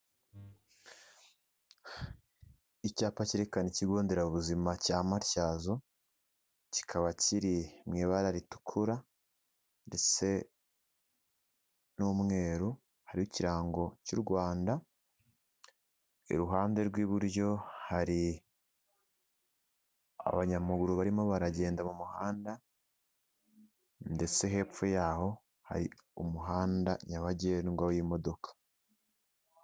Icyapa kerekana ikigonderabuzima cya Matyazo kikaba kiri mu ibara ritukura ndetse n'umweru, hari ikirango cy'u Rwanda. Iruhande rw'iburyo hari abanyamaguru barimo baragenda mu muhanda ndetse hepfo yaho hari umuhanda nyabagendwa w'imodoka.